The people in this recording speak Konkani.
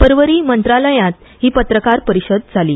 पर्वरी मंत्रालयात ही पत्रकार परिशद जाली